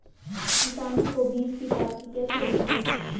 किसानों को बीज की प्राप्ति कैसे होती है?